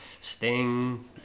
Sting